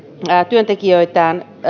työntekijöitään